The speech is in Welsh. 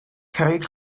cerrig